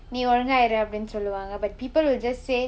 but people will just say